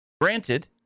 Granted